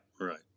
right